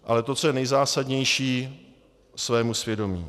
Ale to, co je nejzásadnější, svému svědomí.